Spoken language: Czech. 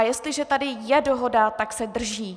Jestliže tady je dohoda, tak se drží.